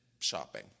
shopping